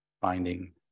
finding